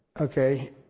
Okay